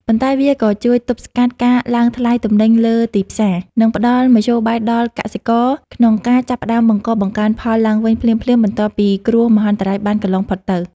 ប៉ុន្តែវាក៏ជួយទប់ស្កាត់ការឡើងថ្លៃទំនិញលើទីផ្សារ និងផ្តល់មធ្យោបាយដល់កសិករក្នុងការចាប់ផ្តើមបង្កបង្កើនផលឡើងវិញភ្លាមៗបន្ទាប់ពីគ្រោះមហន្តរាយបានកន្លងផុតទៅ។